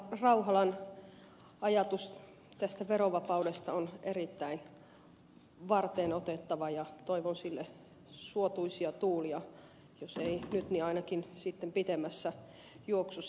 rauhalan ajatus tästä verovapaudesta on erittäin varteenotettava ja toivon sille suotuisia tuulia jos ei nyt niin sitten ainakin pitemmässä juoksussa